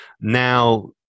Now